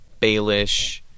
Baelish